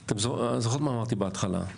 את זוכרת מה אמרתי בהתחלה?